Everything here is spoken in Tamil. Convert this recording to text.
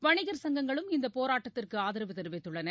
வணிகர் சங்கங்களும் இந்தப் போராட்டத்திற்கு ஆதரவு தெரிவித்துள்ளன